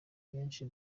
benshi